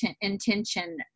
intention